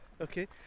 okay